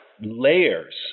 layers